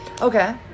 okay